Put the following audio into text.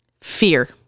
fear